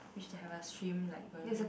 which they have a swing like going